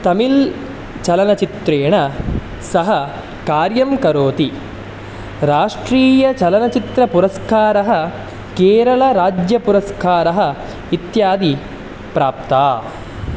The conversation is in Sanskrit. तमिल् चलनचित्रेण सह कार्यं करोति राष्ट्रीयचलनचित्रपुरस्कारः केरलराज्यपुरस्कारः इत्यादि प्राप्ता